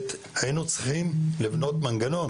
שהיינו צריכים לבנות מנגנון